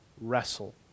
wrestle